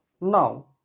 Now